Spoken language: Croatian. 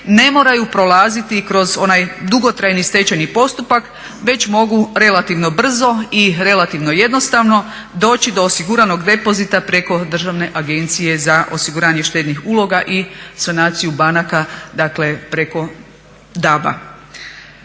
ne moraju prolaziti kroz onaj dugotrajni stečajni postupak, već mogu relativno brzo i relativno jednostavno doći do osiguranog depozita preko Državne agencije za osiguranje štednih uloga i sanaciju banaka, dakle preko DAB-a.